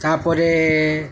ତା'ପରେ